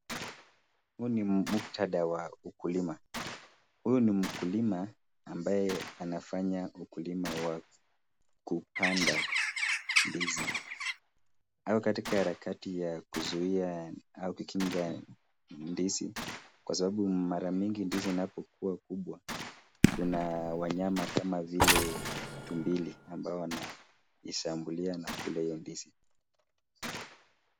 Huu ni muktadha wa ukulima. Huyu ni mkulima ambaye anafanya ukulima wa kupanda ndizi. Ako katika harakati ya kuzuia au kukinga ndizi kwa sababu mara mingi ndizi inapokuwa kubwa Kuna wale wanyama kama vile tumbili ambao wanashambulia na kula hiyo ndizi.